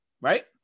Right